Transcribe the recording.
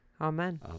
Amen